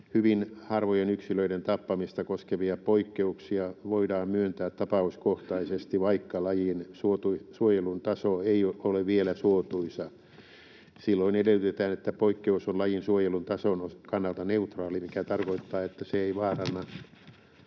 hyvin harvojen yksilöiden tappamista koskevia poikkeuksia voidaan myöntää tapauskohtaisesti, vaikka lajin suojelun taso ei ole vielä suotuisa. Silloin edellytetään, että poikkeus on lajin suojelun tason kannalta neutraali, mikä tarkoittaa, että se ei vaaranna